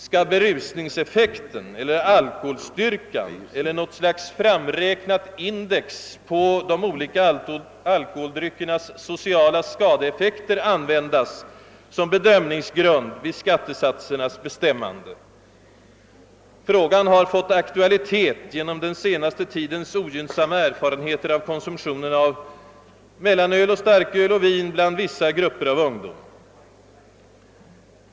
Skall berusningseffekten, alkoholstyrkan eller något slags framräknat index på de olika alkoholdryckernas sociala skadeeffekter användas som bedömningsgrund vid skattesatsernas bestämmande? Frågan har fått aktualitet genom den senaste tidens ogynnsamma erfarenheter av konsumtionen av mellanöl, starköl och vin bland vissa grupper av ungdom.